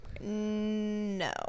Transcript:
No